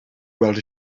weld